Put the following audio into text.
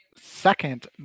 second